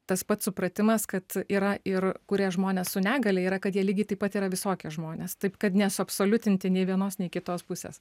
tas pats supratimas kad yra ir kurie žmonės su negalia yra kad jie lygiai taip pat yra visokie žmonės taip kad nesuabsoliutinti nei vienos nei kitos pusės